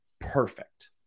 perfect